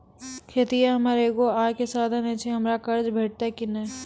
खेतीये हमर एगो आय के साधन ऐछि, हमरा कर्ज भेटतै कि नै?